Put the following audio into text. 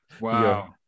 Wow